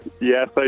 Yes